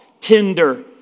tender